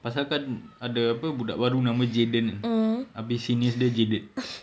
pasal kan ada apa budak baru nama jaden kan abeh seniors dia jaded